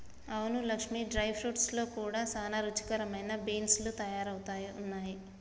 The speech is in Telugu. అవును లక్ష్మీ డ్రై ఫ్రూట్స్ లో కూడా సానా రుచికరమైన బీన్స్ లు తయారవుతున్నాయి